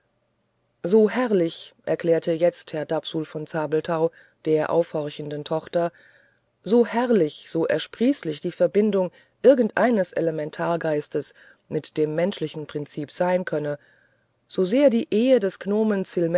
so herrlich erklärte jetzt herr dapsul von zabelthau der aufhorchenden tochter so herrlich so ersprießlich die verbindung irgendeines elementargeistes mit einem menschlichen prinzip sein könne so sehr die ehe des